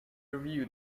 review